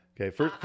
Okay